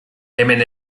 hemen